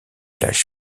plage